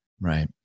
Right